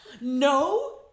No